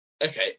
Okay